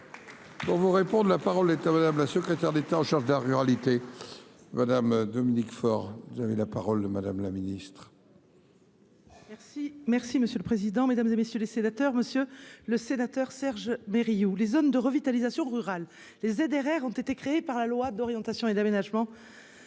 On vous répond : la parole est à madame la secrétaire d'État en charge de la ruralité Madame Dominique Faure, vous avez la parole de Madame la Ministre. Merci, merci, monsieur le président, Mesdames et messieurs les sénateurs, monsieur le sénateur Serge Méry ou les zones de revitalisation rurale les ZRR ont été créées par la loi d'orientation et d'aménagement.